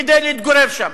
כדי להתגורר שם,